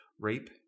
rape